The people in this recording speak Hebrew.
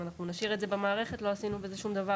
אם נשאיר את זה במערכת לא עשינו בכך שום דבר,